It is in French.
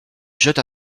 jeta